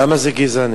למה זה גזעני?